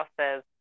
says